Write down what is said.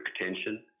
attention